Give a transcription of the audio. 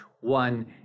one